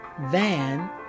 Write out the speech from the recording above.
van